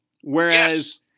whereas